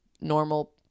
normal